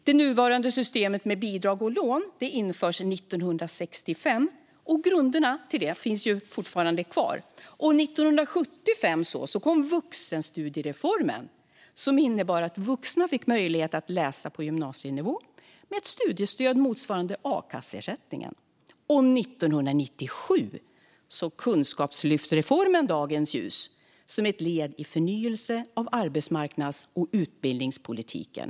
Det nuvarande systemet med bidrag och lån införs 1965, och grunderna finns fortfarande kvar. År 1975 kom vuxenstudiereformen, som innebar att vuxna fick möjlighet att läsa på gymnasienivå med ett studiestöd motsvarande a-kasseersättningen. År 1997 såg kunskapslyftsreformen dagens ljus, som ett led i förnyelsen av arbetsmarknads och utbildningspolitiken.